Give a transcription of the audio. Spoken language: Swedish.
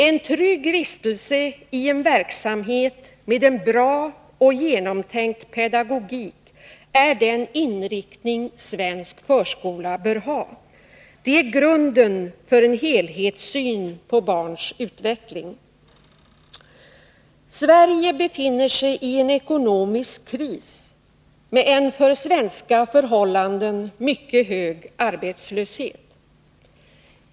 En trygg vistelse i en verksamhet med en bra och genomtänkt pedagogik är den inriktning svensk förskola bör ha. Det är grunden för en helhetssyn på barns utveckling. Sverige befinner sig i en ekonomisk kris med en för svenska förhållanden mycket hög arbetslöshet.